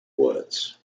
woods